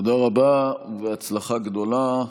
תודה רבה ובהצלחה גדולה.